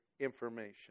information